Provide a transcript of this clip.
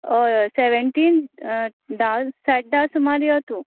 हय ओ सॅवँटीन धा साडे धा सुमार यो तूं